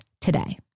today